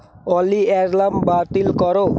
অলি alarm বাতিল করো